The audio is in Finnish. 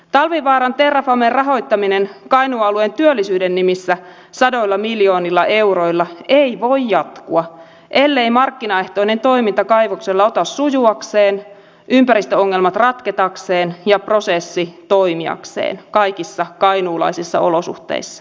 talvivaaran terrafamen rahoittaminen kainuun alueen työllisyyden nimissä sadoilla miljoonilla euroilla ei voi jatkua ellei markkinaehtoinen toiminta kaivoksella ota sujuakseen ympäristöongelmat ratketakseen ja prosessi toimiakseen kaikissa kainuulaisissa olosuhteissa